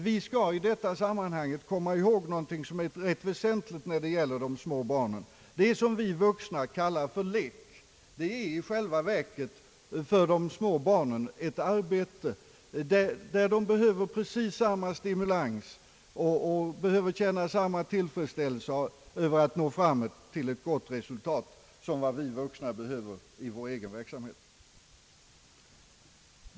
Vi skall i detta sammanhang komma ihåg en väsentlig sak, nämligen att det som vi vuxna kallar för lek i själva verket för de små barnen är ett arbete. De behöver för denna verksamhet precis samma stimulans, och de behöver känna samma tillfredsställelse över att nå ett gott resultat som vi vuxna behöver i vår verksamhet.